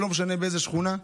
ולא משנה באיזו שכונה,